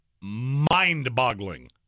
mind-boggling